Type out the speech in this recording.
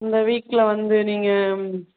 இந்த வீக்கில் வந்து நீங்கள்